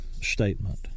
statement